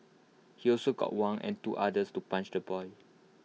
he also got Wang and two others to punch the boy